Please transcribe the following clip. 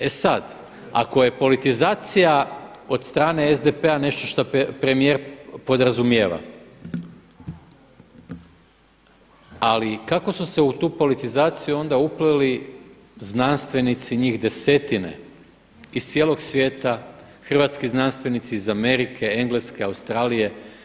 E sada, ako je politizacija od strane SDP-a nešto šta premijer podrazumijeva, ali kako su se u tu politizaciju onda upleli znanstvenici njih desetine iz cijelog svijete, hrvatski znanstvenici iz Amerike, Engleske, Australije.